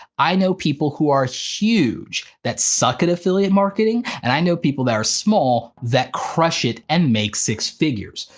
i know people who are huge that suck at affiliate marketing and i know people that are small that crush it and make six figures.